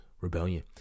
rebellion